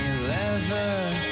leather